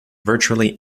virtually